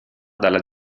dalla